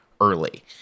early